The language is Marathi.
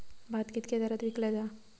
भात कित्क्या दरात विकला जा?